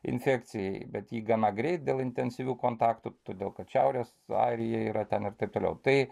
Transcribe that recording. infekcijai bet ji gana greit dėl intensyvių kontaktų todėl kad šiaurės airija yra ten ir taip toliau tai